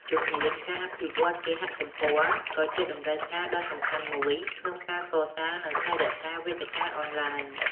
ជំនាញ ការអភិវឌ្ឍគេហទំព័រ ក៏ជាតម្រូវការដ៏សំខាន់មួយក្នុងការកសាង និងថែរក្សាវេទិកាអនឡាញ។